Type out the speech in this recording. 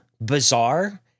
bizarre